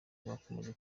bakomeje